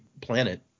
planet